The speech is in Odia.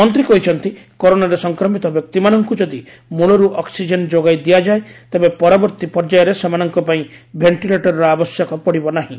ମନ୍ତ୍ରୀ କହିଛନ୍ତି କରୋନାରେ ସଂକ୍ରମିତ ବ୍ୟକ୍ତିମାନଙ୍କୁ ଯଦି ମୂଳରୁ ଅକ୍ସିଜେନ୍ ଯୋଗାଇ ଦିଆଯାଏ ତେବେ ପରବର୍ତ୍ତୀ ପର୍ଯ୍ୟାୟରେ ସେମାନଙ୍କ ପାଇଁ ଭେଣ୍ଟିଲେଟରର ଆବଶ୍ୟକ ପଡିବ ନାହିଁ